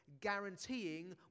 guaranteeing